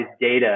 data